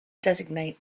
designate